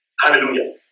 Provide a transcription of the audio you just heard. hallelujah